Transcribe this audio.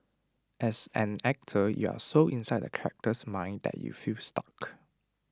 as an actor you are so inside the character's mind that you feel stuck